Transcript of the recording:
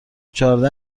چهارده